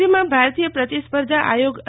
રાજ્યમાં ભારતીય પ્રતિસ્પર્ધા આયોગ સી